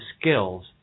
skills